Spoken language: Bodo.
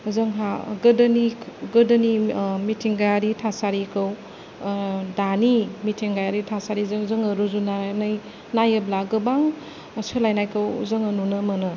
जोंहा गोदोनि मिथिंगायारि थासारिखौ दानि मिथिंगायारि थासारिजों जोङो रुजुनानै नायोब्ला गोबां सोलायनायखौ जोङो नुनो मोनो